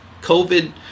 COVID